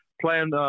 playing